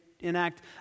enact